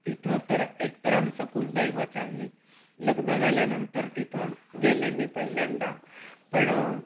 तिथं तर एक तर आमचं कुलदैवत आहे लग्न झाल्यानंतर तिथं गेले मी पहिल्यांदा पण